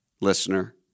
listener